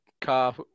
car